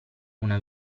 una